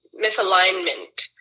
misalignment